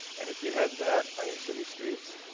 and if you had that on your city streets,